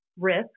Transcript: risk